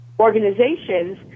Organizations